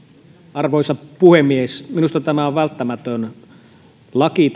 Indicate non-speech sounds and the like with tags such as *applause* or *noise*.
arvoisa puhemies minusta tämä hallituksen esitys on välttämätön laki *unintelligible*